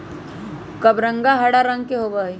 कबरंगा हरा रंग के होबा हई